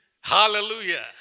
Hallelujah